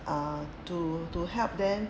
uh to to help them